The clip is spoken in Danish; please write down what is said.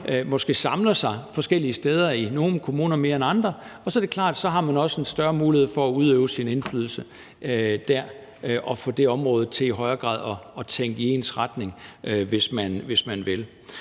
baseret på, hvorfra de kommer, i nogle kommuner mere end i andre, og så er det klart, at så har man også en større mulighed for at udøve sin indflydelse dér og få det område til i højere grad at tænke i ens retning, hvis man vil.